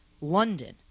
London